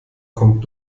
kommt